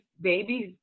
babies